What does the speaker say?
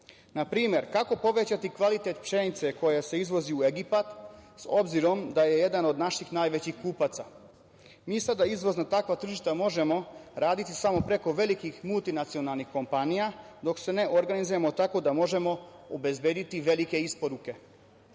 Na primer, kako povećati kvalitet pšenice koja se izvozi u Egipat, obzirom da je jedan od naših najvećih kupaca? Mi sada takva izvozna tržišta možemo raditi samo preko velikih multinacionalnih kompanija, dok se ne organizujemo tako da možemo obezbediti velike isporuke.